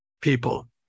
people